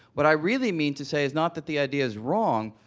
what i really mean to say is not that the idea is wrong,